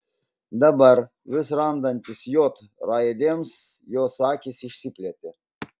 dabar vis randantis j raidėms jos akys išsiplėtė